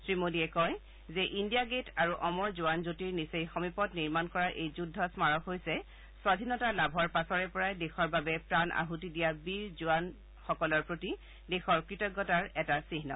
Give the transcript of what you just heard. শ্ৰী মোদীয়ে কয় যে ইণ্ডিয়া গেট আৰু অমৰ জোৱান জ্যোতিৰ নিচেই সমীপত নিৰ্মাণ কৰা এই যুদ্ধ স্মাৰক হৈছে স্বধীনতা লাভৰ পাছৰে পৰা দেশৰ বাবে প্ৰাণ আছতি দিয়া বীৰ খ্বহীদ জোৱান সকলৰ প্ৰতি দেশৰ কৃতজ্ঞতাৰ এটা চিহ্ন